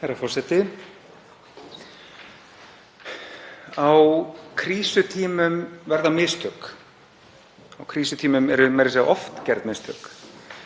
Herra forseti. Á krísutímum verða mistök. Á krísutímum eru meira að segja oft gerð mistök.